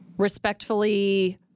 respectfully